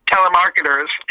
telemarketers